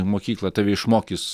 mokyklą tave išmokys